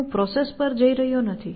હું પ્રોસેસ પર જઈ રહ્યો નથી